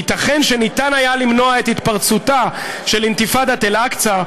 ייתכן שניתן היה למנוע את התפרצותה של אינתיפאדת אל-אקצא,